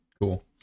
cool